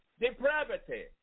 depravity